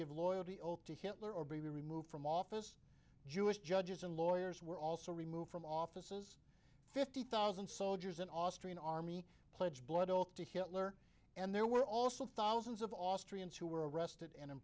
give loyalty oath to hitler or be removed from office jewish judges and lawyers were also removed from offices fifty thousand soldiers an austrian army pledged blood oath to hitler and there were also thousands of austrians who were arrest